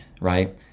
right